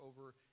over